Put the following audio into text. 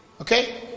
okay